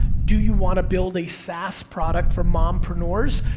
do you wanna build a saas product for mompreneurs?